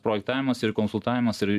projektavimas ir konsultavimas ir